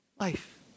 life